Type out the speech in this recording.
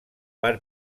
per